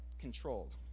controlled